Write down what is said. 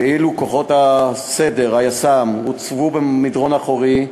ואילו כוחות הסדר, היס"מ, הוצבו במדרון אחורי,